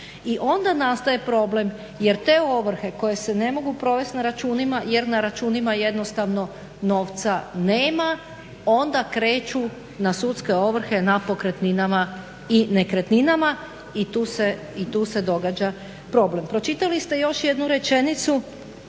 i onda nastaje problem jer te ovrhe koje se ne mogu provest računima jer na računima jednostavno novca nema, onda kreću na sudske ovrhe na pokretninama i nekretnine i tu se događa problem. Pročitali ste još jednu rečenicu